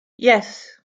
yes